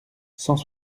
cent